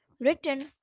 Written